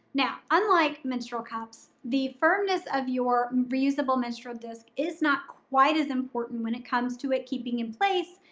now, unlike menstrual cups, the firmness of your reusable menstrual disc is not quite as important when it comes to it keeping in place,